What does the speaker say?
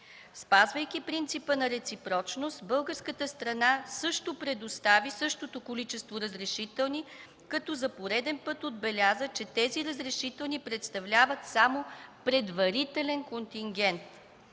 Спазвайки принципа на реципрочност, българската страна също предостави същото количество разрешителни, като за пореден път отбеляза, че тези разрешителни представляват само предварителен контингент!